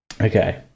Okay